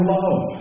love